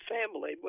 family